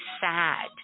sad